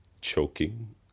choking